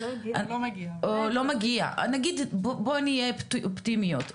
בואו נהיה אופטימיות,